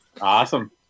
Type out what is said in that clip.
Awesome